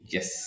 Yes